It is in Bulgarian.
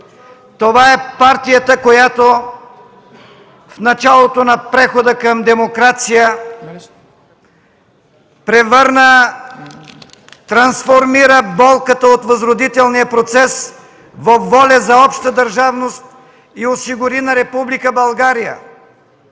това е партията, която в началото на прехода към демокрация превърна, трансформира болката от възродителния процес във воля за обща държавност и осигури на Република